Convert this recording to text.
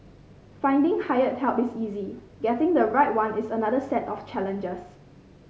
finding hired help is easy getting the right one is another set of challenges